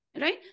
right